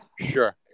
Sure